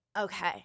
Okay